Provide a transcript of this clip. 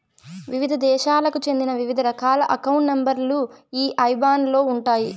వివిధ దేశాలకు చెందిన వివిధ రకాల అకౌంట్ నెంబర్ లు ఈ ఐబాన్ లో ఉంటాయి